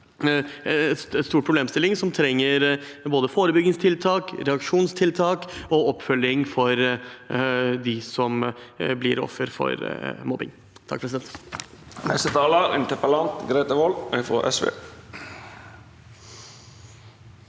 en stor problemstilling, som trenger både forebyggingstiltak, reaksjonstiltak og oppfølging av dem som blir ofre for mobbing. Grete